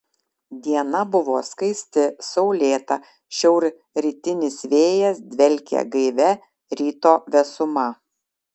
diena buvo skaisti saulėta šiaurrytinis vėjas dvelkė gaivia ryto vėsuma